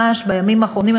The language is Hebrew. ממש בימים האחרונים,